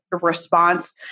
response